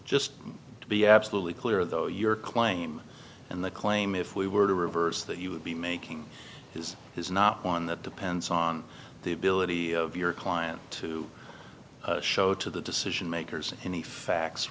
just to be absolutely clear though your claim and the claim if we were to reverse that you would be making is is not one that depends on the ability of your client to show to the decision makers any facts